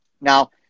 Now